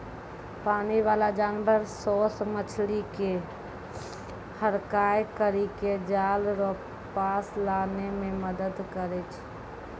पानी बाला जानवर सोस मछली के हड़काय करी के जाल रो पास लानै मे मदद करै छै